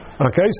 Okay